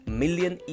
million